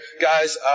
Guys